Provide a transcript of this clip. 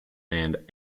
and